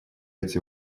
эти